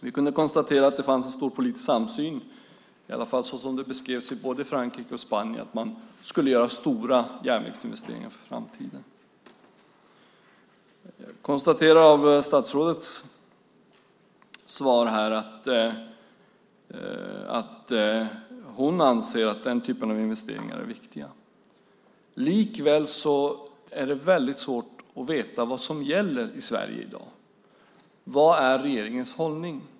Vi kunde konstatera att det fanns en stor politisk samsyn, i varje fall som det beskrevs i både Frankrike och Spanien, att man skulle göra stora järnvägsinvesteringar i framtiden. Jag konstaterar av statsrådets svar här att hon anser att den typen av investeringar är viktiga. Likväl är det väldigt svårt att veta vad som gäller i Sverige i dag. Vad är regeringens hållning?